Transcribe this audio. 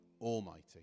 Almighty